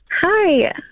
Hi